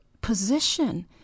position